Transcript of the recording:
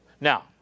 Now